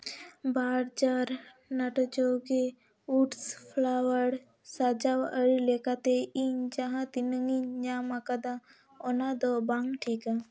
ᱵᱟᱨ ᱡᱟᱨ ᱱᱟᱴᱩ ᱡᱚᱜᱤ ᱩᱴᱥ ᱯᱷᱞᱟᱣᱟᱨ ᱥᱟᱡᱟᱣ ᱟᱹᱨᱤ ᱞᱮᱠᱟᱛᱮ ᱤᱧ ᱡᱟᱦᱟᱸ ᱛᱤᱱᱟᱹᱜ ᱤᱧ ᱧᱟᱢ ᱟᱠᱟᱫᱟ ᱚᱱᱟ ᱫᱚ ᱵᱟᱝ ᱴᱷᱤᱠᱟ